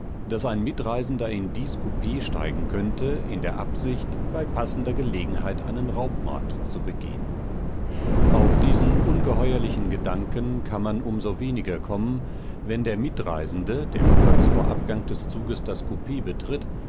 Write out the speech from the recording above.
daß ein mitreisender in dies kupee steigen könnte in der absicht bei passender gelegenheit einen raubmord zu begehen auf diesen ungeheuerlichen gedanken kann man um so weniger kommen wenn der mitreisende der kurz vor abgang des zuges das kupee betritt